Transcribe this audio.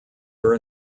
are